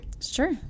Sure